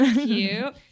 Cute